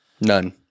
None